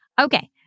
Okay